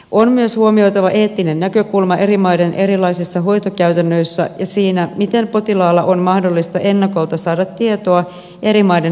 on myös huomioitava eettinen näkökulma eri maiden erilaisissa hoitokäytännöissä ja siinä miten potilaalla on mahdollista ennakolta saada tietoa eri maiden hoitolinjauksista